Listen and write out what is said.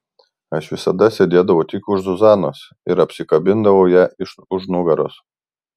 aš visada sėdėdavau tik už zuzanos ir apsikabindavau ją iš už nugaros